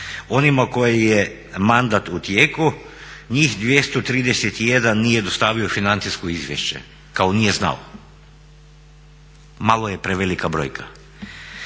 onima kojima je mandat u tijeku, njih 231 nije dostavio financijsko izvješće, kao nije znao. Malo je prevelika brojka.